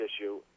issue